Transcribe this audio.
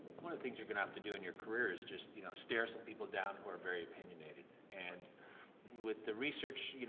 one of the things you're gonna have to do in your career is just, you know, stare some people down who are very opinionated. and with the research,